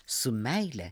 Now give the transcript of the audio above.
su meile